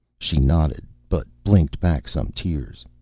she nodded, but blinked back some tears.